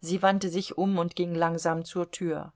sie wandte sich um und ging langsam zur tür